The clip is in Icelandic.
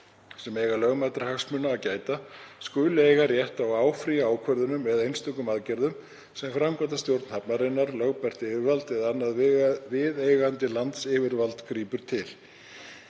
sem eiga lögmætra hagsmuna að gæta skuli eiga rétt á að áfrýja ákvörðunum eða einstökum aðgerðum sem framkvæmdastjórn hafnarinnar, lögbært yfirvald eða annað viðeigandi landsyfirvald grípur til.